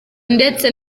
ndetse